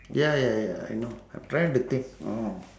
ya ya ya I know I'm trying to think